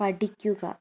പഠിക്കുക